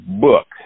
book